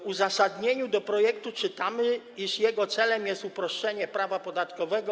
W uzasadnieniu do projektu czytamy, iż jego celem jest uproszczenie prawa podatkowego.